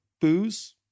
booze